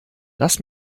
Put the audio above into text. lass